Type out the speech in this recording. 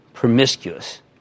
Promiscuous